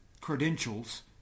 credentials